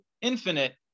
infinite